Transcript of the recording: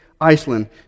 Iceland